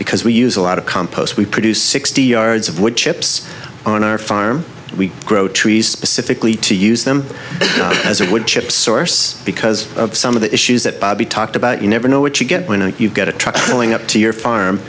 because we use a lot of compost we produce sixty yards of wood chips on our farm we grow trees specifically to use them as it would ship source because of some of the issues that bobby talked about you never know what you get when you get a truck pulling up to your farm